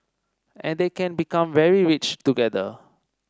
and they can become very rich together